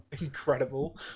Incredible